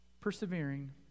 persevering